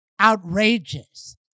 outrageous